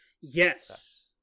Yes